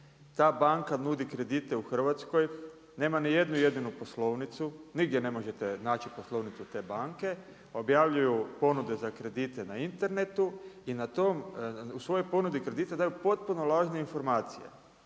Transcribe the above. Ta banka nudi kredite u Hrvatskoj, nema niti jednu jedinu poslovnicu. Nigdje ne možete naći poslovnicu te banke, objavljuju ponude za kredite na internetu i na to, u svojoj ponudi kredita daju potpuno lažne informacije.